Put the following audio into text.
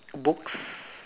books